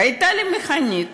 "הייתה לי מכונית